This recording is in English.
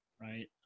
right